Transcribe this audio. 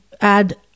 add